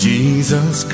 Jesus